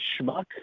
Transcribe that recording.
schmuck